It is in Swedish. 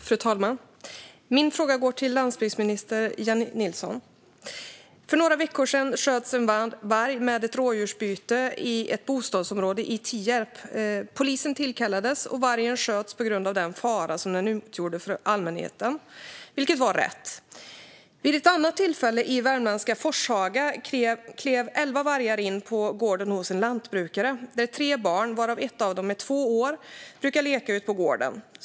Fru talman! Min fråga går till landsbygdsminister Jennie Nilsson. För några veckor sedan sköts en varg med ett rådjursbyte i ett bostadsområde i Tierp. Polisen tillkallades, och vargen sköts på grund av den fara den utgjorde för allmänheten. Det var rätt. I värmländska Forshaga klev vid ett annat tillfälle elva vargar in på gården hos en lantbrukare. Där brukar tre barn, varav ett är två år gammalt, leka ute på gården.